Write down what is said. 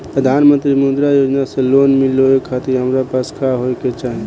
प्रधानमंत्री मुद्रा योजना से लोन मिलोए खातिर हमरा पास का होए के चाही?